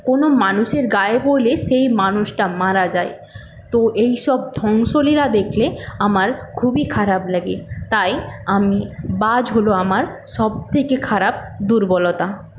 কোন মানুষের গায়ে পড়লে সেই মানুষটা মারা যায় তো এইসব ধ্বংসলীলা দেখলে আমার খুবই খারাপ লাগে তাই আমি বাজ হল আমার সবথেকে খারাপ দুর্বলতা